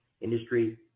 industry